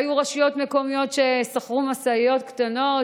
היו רשויות מקומיות ששכרו משאיות קטנות